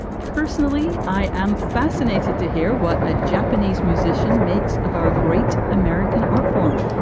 personally, i am fascinated to hear what a japanese musician makes of our great american art form.